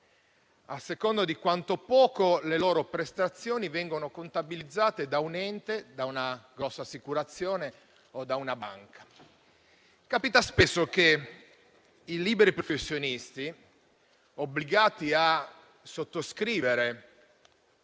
a seconda di quanto poco le loro prestazioni vengono contabilizzate da un ente, una grossa assicurazione o una banca. Capita spesso che i liberi professionisti, obbligati a sottoscrivere